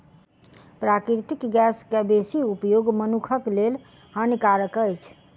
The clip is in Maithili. प्राकृतिक गैस के बेसी उपयोग मनुखक लेल हानिकारक अछि